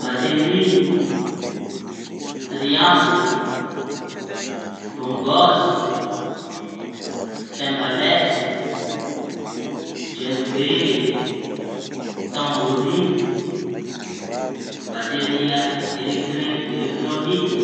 Batery, triangla, bôngôsy, saimbalesy, jembey, tamborine, batery a elektre- elektroniky.